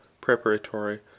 preparatory